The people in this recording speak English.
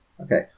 Okay